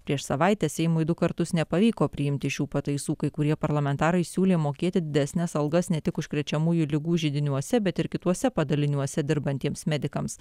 prieš savaitę seimui du kartus nepavyko priimti šių pataisų kai kurie parlamentarai siūlė mokėti didesnes algas ne tik užkrečiamųjų ligų židiniuose bet ir kituose padaliniuose dirbantiems medikams